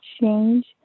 change